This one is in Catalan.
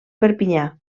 perpinyà